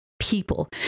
people